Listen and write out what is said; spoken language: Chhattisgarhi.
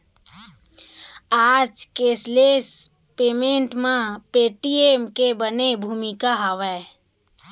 आज केसलेस पेमेंट म पेटीएम के बने भूमिका हावय